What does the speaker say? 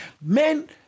Men